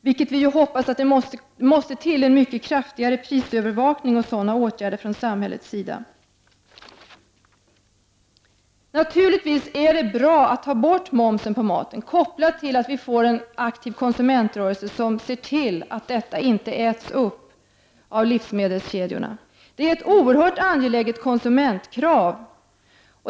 Vi anser att det måste ske en mycket kraftigare prisövervakning från samhällets sida. Naturligtvis vore det bra om momsen på mat togs bort och att detta kopplades till en aktiv konsumentrörelse som skulle se till att dessa pengar inte skulle ätas upp av livsmedelskedjorna. Detta är ett oerhört angeläget konsumentkrav.